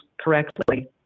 correctly